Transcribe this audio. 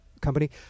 company